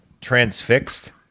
transfixed